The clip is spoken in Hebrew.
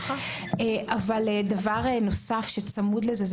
דבר נוסף שצמוד לזה,